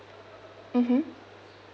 mmhmm